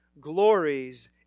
glories